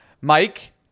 Mike